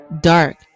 dark